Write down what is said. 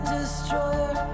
destroyer